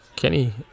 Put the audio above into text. Kenny